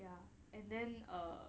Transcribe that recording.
ya and then err